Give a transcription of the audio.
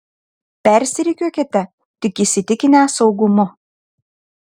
persirikiuokite tik įsitikinę saugumu